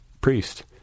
priest